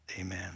Amen